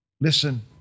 Listen